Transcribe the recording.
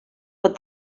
but